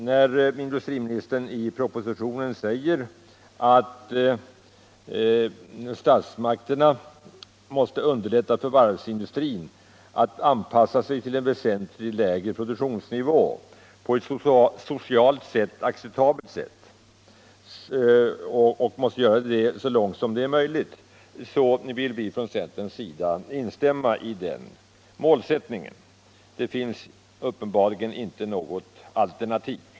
När industriministern i propositionen säger att statsmakterna så långt möjligt måste underlätta för varvsindustrin att anpassa sig till en väsentligt lägre produktionsnivå på ett socialt sett acceptabelt sätt, vill vi från centerns sida instämma i den målsättningen. Det finns uppenbarligen inte något alternativ.